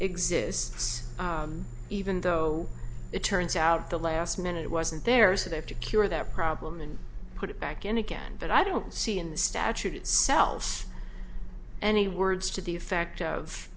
exists even though it turns out the last minute it wasn't there so they have to cure that problem and put it back in again but i don't see in the statute itself any words to the effect of